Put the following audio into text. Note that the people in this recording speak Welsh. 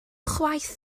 chwaith